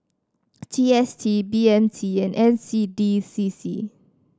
G S T B M T and N C D C C